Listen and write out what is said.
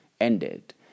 ended